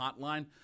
hotline